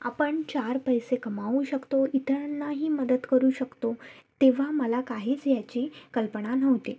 आपण चार पैसे कमाऊ शकतो इतरांनाही मदत करू शकतो तेव्हा मला काहीच याची कल्पना नव्हती